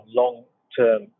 long-term